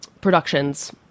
productions